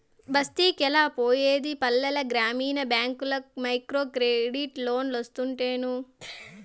బస్తికెలా పోయేది పల్లెల గ్రామీణ బ్యాంకుల్ల మైక్రోక్రెడిట్ లోన్లోస్తుంటేను